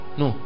no